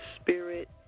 spirit